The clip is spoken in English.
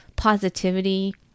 positivity